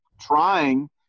trying